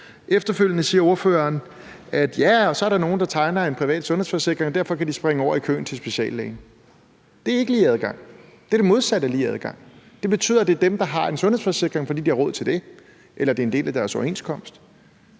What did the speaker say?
Efterfølgende siger ordføreren, at så er der nogen, der tegner en privat sundhedsforsikring, og derfor kan de springe over i køen til speciallægen. Det er ikke lige adgang; det er det modsatte af lige adgang. Det betyder, at det er dem, der har en sundhedsforsikring, fordi de har råd til det eller det er en del af deres overenskomst,